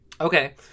okay